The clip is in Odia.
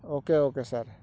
okay okay sir